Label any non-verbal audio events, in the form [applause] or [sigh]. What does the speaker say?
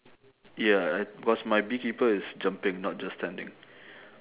ya [noise] cause my bee keeper is jumping not just standing